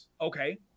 okay